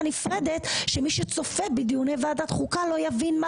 נפרדת שמי שצופה בדיוני ועדת חוקה לא יבין מה